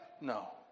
No